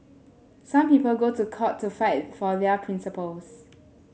some people go to court to fight for their principles